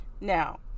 Now